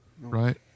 right